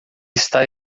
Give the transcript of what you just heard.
está